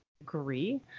agree